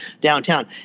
downtown